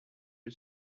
est